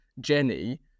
Jenny